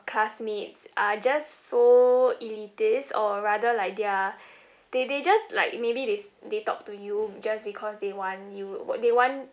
your classmates are just so elitist or rather like they're they they just like maybe they they talk to you just because they want you what they want